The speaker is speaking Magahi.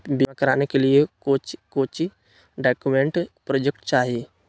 बीमा कराने के लिए कोच्चि कोच्चि डॉक्यूमेंट प्रोजेक्ट चाहिए?